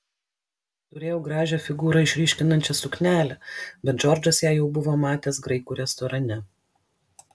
turėjau gražią figūrą išryškinančią suknelę bet džordžas ją jau buvo matęs graikų restorane